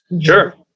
sure